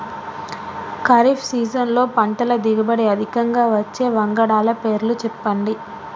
ఖరీఫ్ సీజన్లో పంటల దిగుబడి అధికంగా వచ్చే వంగడాల పేర్లు చెప్పండి?